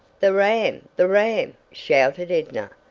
the ram! the ram! shouted edna.